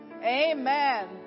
Amen